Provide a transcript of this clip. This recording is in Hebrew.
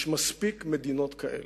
יש מספיק מדינות כאלה.